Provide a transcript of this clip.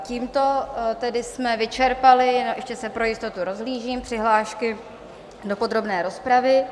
Tím jsme tedy vyčerpali ještě se pro jistotu rozhlížím přihlášky do podrobné rozpravy.